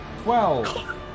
Twelve